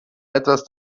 etwas